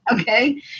okay